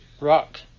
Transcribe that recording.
Rock